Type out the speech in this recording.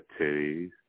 titties